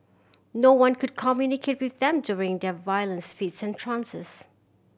no one could communicate with them during their violent fits and trances